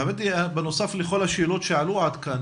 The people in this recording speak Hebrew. בנוסף לכל השאלות שעלו עד כאן,